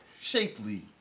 shapely